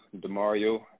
DeMario